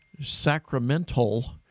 sacramental